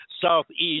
Southeast